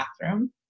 bathroom